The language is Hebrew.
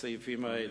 לסעיפים האלה.